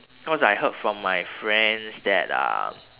cause I heard from my friends that uh